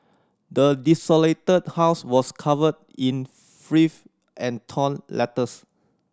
the desolated house was covered in filth and torn letters